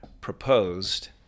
proposed